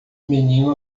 menino